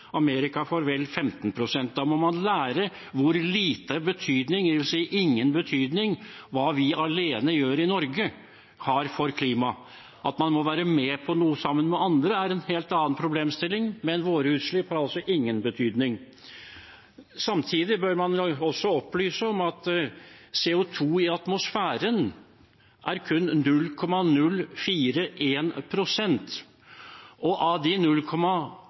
Amerika for vel 15 pst. Da må man lære hvor liten betydning – dvs. ingen betydning – hva vi alene gjør i Norge, har for klimaet. At man må være med på noe sammen med andre, er en helt annen problemstilling, men våre utslipp har altså ingen betydning. Samtidig bør man også opplyse om at CO 2 i atmosfæren er kun 0,041 pst., og av de